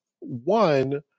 one